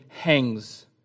hangs